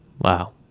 Wow